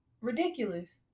ridiculous